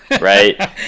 right